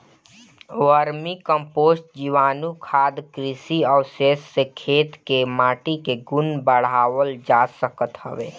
vermi compost, जीवाणुखाद, कृषि अवशेष से खेत कअ माटी के गुण बढ़ावल जा सकत हवे